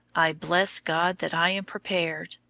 i bless god that i am prepared.